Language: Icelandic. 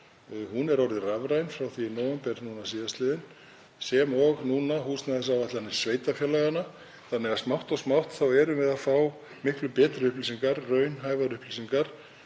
Hún er orðin rafræn frá því í nóvember síðastliðnum sem og húsnæðisáætlanir sveitarfélaganna þannig að smátt og smátt erum við að fá miklu betri upplýsingar, raunhæfar upplýsingar,